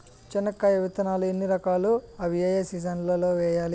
చెనక్కాయ విత్తనాలు ఎన్ని రకాలు? అవి ఏ ఏ సీజన్లలో వేయాలి?